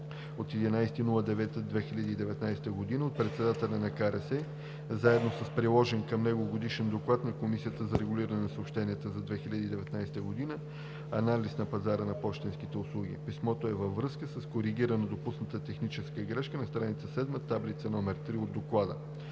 2019 г. от председателя на КРС, заедно с приложен към него Годишен доклад на Комисията за регулиране на съобщенията за 2019 г. – „Анализ на пазара на пощенски услуги“. Писмото е във връзка с коригирана допусната техническа грешка на стр. 7, таблица № 3 от Доклада.